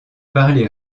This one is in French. parlez